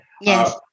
Yes